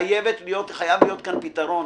חייב להיות כאן פתרון.